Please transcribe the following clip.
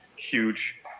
huge